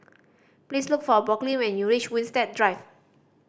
please look for Brooklyn when you reach Winstedt Drive